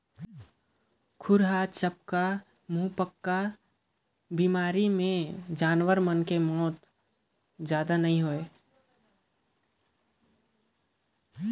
खुरहा चपका, मुहंपका बेमारी में पसू मन के जादा मउत नइ होय